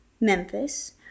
Memphis